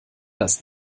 das